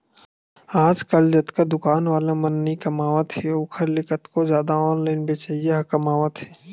आजकल जतका दुकान वाला मन नइ कमावत हे ओखर ले कतको जादा ऑनलाइन बेचइया ह कमावत हें